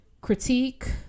Critique